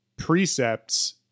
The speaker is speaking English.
precepts